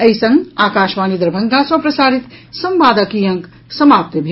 एहि संग आकाशवाणी दरभंगा सँ प्रसारित संवादक ई अंक समाप्त भेल